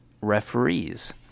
referees